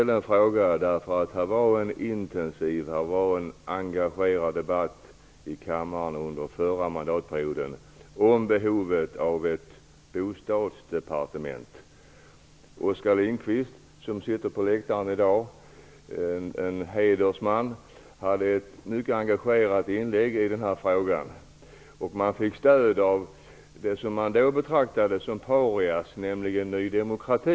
Det fördes en intensiv och engagerad debatt i kammaren under förra mandatperioden om behovet av ett bostadsdepartement. Hedersmannen Oskar Lindkvist, som sitter på läktaren i dag, gjorde ett mycket engagerat inlägg i frågan. Socialdemokraterna fick stöd av det som man då betraktade som paria, nämligen Ny demokrati.